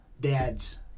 dad's